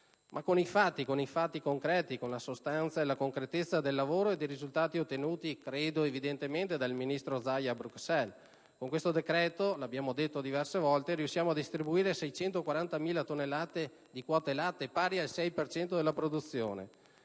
politica, ma con i fatti concreti, con la sostanza e la concretezza del lavoro e dei risultati ottenuti dal ministro Zaia a Bruxelles. Con questo decreto - lo abbiamo detto diverse volte - riusciamo a distribuire 640.000 tonnellate di quote latte, pari al 6 per cento della produzione.